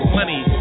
money